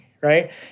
right